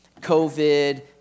COVID